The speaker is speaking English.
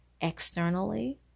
externally